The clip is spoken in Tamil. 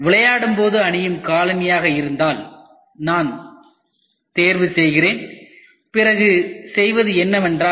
விளையாடும்போது அணியும் காலணி இருந்தால் நான் தேர்வு செய்கிறேன் பிறகு செய்வது என்னவென்றால்